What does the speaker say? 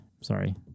Sorry